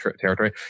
territory